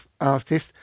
artist